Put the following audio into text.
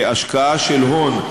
להשקעה של הון,